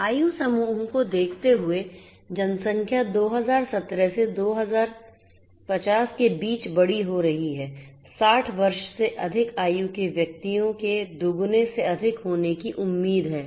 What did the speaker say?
आयु समूहों को देखते हुए जनसंख्या 2017 से 2050 के बीच बड़ी हो रही है 60 वर्ष से अधिक आयु के व्यक्तियों के दोगुने से अधिक बढ़ने की उम्मीद है